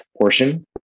portion